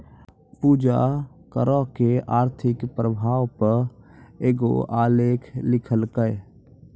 पूजा करो के आर्थिक प्रभाव पे एगो आलेख लिखलकै